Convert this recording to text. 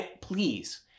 Please